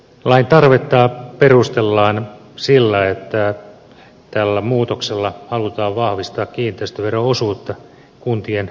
lain tarvetta perustellaan sillä että tällä muutoksella halutaan vahvistaa kiinteistövero osuutta kuntien tulopohjassa